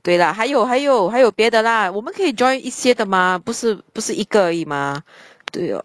对啦还有还有还有别的啦我们可以 join 一些的吗不是不是一个而已吗对哦